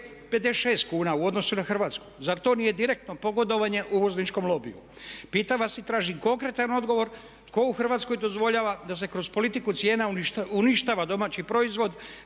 5,56 kuna u odnosu na Hrvatsku. Zar to nije direktno pogodovanje uvozničkom lobiju? Pitam vas i tražim konkretan odgovor tko u Hrvatskoj dozvoljava da se kroz politiku cijena uništava domaći proizvod